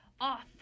off